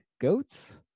goats